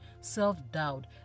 self-doubt